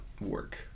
work